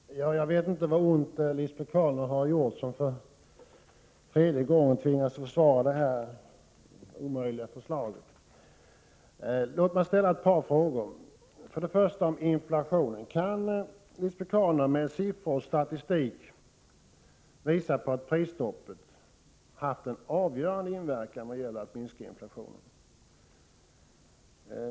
Herr talman! Jag vet inte vad ont Lisbet Calner har gjort, eftersom hon för tredje gången tvingas försvara detta omöjliga förslag. Låt mig ställa ett par frågor. För det första: Kan Lisbet Calner med siffror och statistik visa på att prisstoppet har haft en avgörande inverkan när det gäller att minska inflationen?